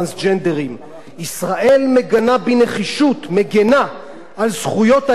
ישראל מגינה בנחישות על זכויות האזרחים הגאים שלה,